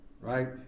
Right